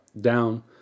down